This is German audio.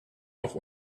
noch